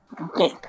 Okay